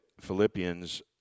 Philippians